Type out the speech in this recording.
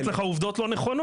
לתת לך עובדות לא נכונות.